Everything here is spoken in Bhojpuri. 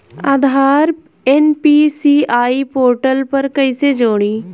आधार एन.पी.सी.आई पोर्टल पर कईसे जोड़ी?